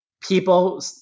people